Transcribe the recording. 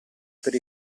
per